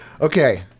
Okay